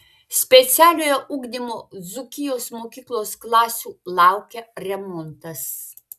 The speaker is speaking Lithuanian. specialiojo ugdymo dzūkijos mokyklos klasių laukia remontas